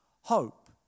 hope